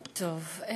טוב.